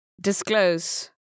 disclose